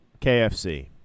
KFC